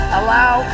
allow